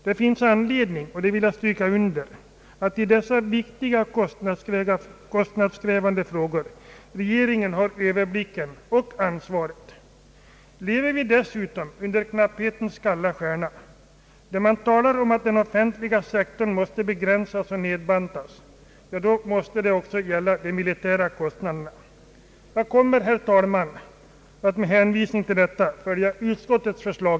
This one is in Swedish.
Det finns anledning säga, det vill jag understryka, att regeringen har överblicken och ansvaret i dessa viktiga och kostnadskrävande frågor. Lever vi dessutom under knapphetens kalla stjärna, där man talar om att den offentliga sektorn måste begränsas och nedbantas, då måste det också gälla de militära kostnaderna. Jag kommer, herr talman, med hänvisning till det nu sagda att följa utskottets förslag.